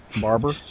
barber